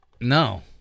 No